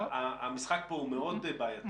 המשחק כאן הוא מאוד בעייתי.